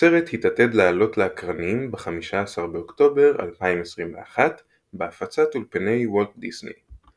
הסרט התעתד לעלות לאקרנים ב-15 באוקטובר 2021 בהפצת אולפני וולט דיסני.